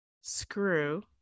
screw